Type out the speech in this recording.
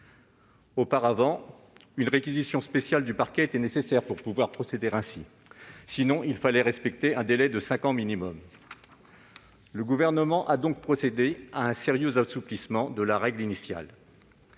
Auparavant, une réquisition spéciale du parquet était nécessaire pour pouvoir procéder ainsi. Sinon, il fallait respecter un délai minimum de cinq ans. Le Gouvernement a donc procédé à un sérieux assouplissement de la règle initiale.